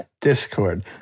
Discord